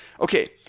okay